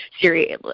Siri